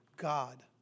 God